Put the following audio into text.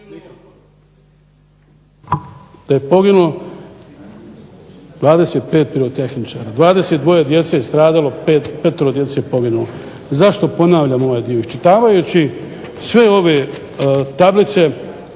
je poginulo 25 pirotehničara, 22 djece je stradalo, 5 djece poginulo. Zašto ponavljam ovaj dio, iščitavajući sve tablice